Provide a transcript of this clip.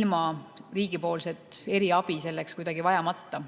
ilma riigi eriabi selleks vajamata.